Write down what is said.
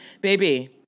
baby